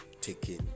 taking